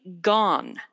gone